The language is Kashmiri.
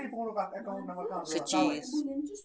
سُہ چیٖز